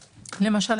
למשל,